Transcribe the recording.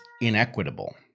inequitable